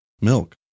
milk